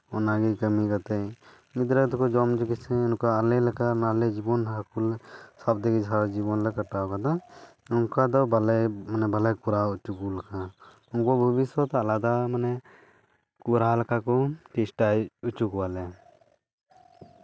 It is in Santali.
ᱚᱱᱟᱜᱮ ᱠᱟᱹᱢᱤ ᱠᱟᱛᱮᱫ ᱜᱤᱫᱽᱨᱟᱹ ᱫᱚᱠᱚ ᱡᱚᱢ ᱡᱤᱱᱤᱥ ᱜᱮ ᱱᱚᱝᱠᱟ ᱟᱞᱮ ᱞᱮᱠᱟ ᱟᱞᱮ ᱡᱤᱵᱚᱱ ᱰᱟᱦᱟᱨ ᱠᱚᱨᱮᱱᱟᱜ ᱛᱮᱜᱮ ᱥᱟᱨᱟ ᱡᱤᱵᱚᱱ ᱞᱮ ᱠᱟᱴᱟᱣ ᱠᱟᱫᱟ ᱱᱚᱝᱠᱟ ᱫᱚ ᱵᱟᱞᱮ ᱵᱟᱞᱮ ᱠᱚᱨᱟᱣ ᱦᱚᱪᱚ ᱦᱩᱭ ᱠᱟᱱᱟ ᱱᱚᱣᱟ ᱵᱷᱚᱵᱤᱥᱥᱚᱛ ᱟᱞᱟᱫᱟ ᱢᱟᱱᱮ ᱠᱚᱨᱟᱣ ᱞᱮᱠᱟ ᱠᱚ ᱪᱮᱥᱴᱟᱭ ᱦᱚᱪᱚ ᱠᱚᱣᱟᱞᱮ